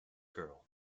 girl